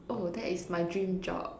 oh that is my dream job